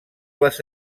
les